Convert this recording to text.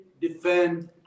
defend